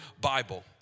Bible